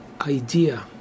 idea